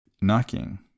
knocking